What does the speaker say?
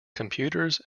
computers